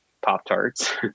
Pop-Tarts